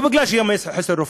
לא רק בגלל שיש חוסר ברופאים,